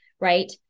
right